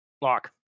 Lock